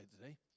today